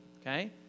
okay